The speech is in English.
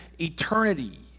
eternity